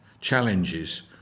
challenges